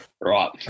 Right